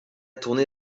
tourné